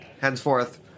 Henceforth